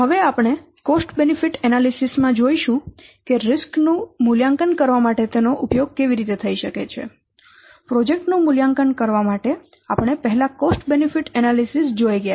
હવે આપણે cost benefit analysis માં જોઈશું કે જોખમો નું મૂલ્યાંકન કરવા માટે તેનો ઉપયોગ કેવી રીતે થઈ શકે છે પ્રોજેક્ટ્સ નું મૂલ્યાંકન કરવા માટે આપણે પહેલા કોસ્ટ બેનિફીટ એનાલિસીસ જોઈ ગયા છે